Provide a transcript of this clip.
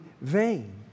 vain